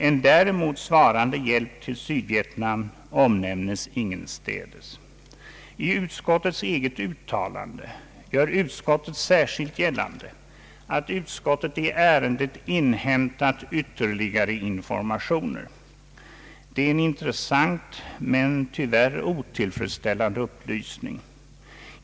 En däremot svarande hjälp till Sydvietnam omnämnes ingenstädes. I utskottets eget uttalande görs särskilt gällande att utskottet i ärendet inhämtat ytterligare informationer. Det är en intressant men tyvärr otillfredsställande upplysning.